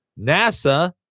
NASA